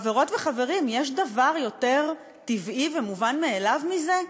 חברות וחברים, יש דבר יותר טבעי ומובן מאליו מזה?